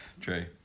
true